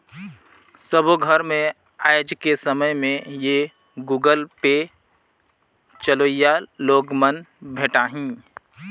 सबो घर मे आएज के समय में ये गुगल पे चलोइया लोग मन भेंटाहि